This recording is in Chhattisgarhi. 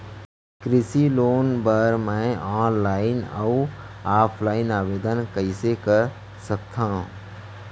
कृषि लोन बर मैं ऑनलाइन अऊ ऑफलाइन आवेदन कइसे कर सकथव?